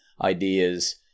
ideas